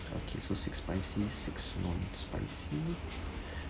okay so six spicy six non-spicy